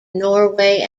norway